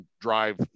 drive